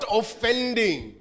offending